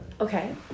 Okay